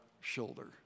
shoulder